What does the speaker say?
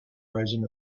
rising